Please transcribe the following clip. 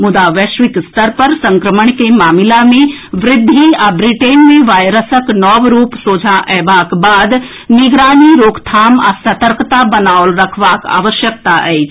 मुदा वैश्विक स्तर पर संक्रमण के मामिला मे वृद्धि आ ब्रिटेन मे वायरसक नव रूप सोझा अएबाक बाद निगरानी रोकथाम आ सतर्कता बनाओल रखबाक आवश्यकता अछि